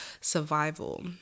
survival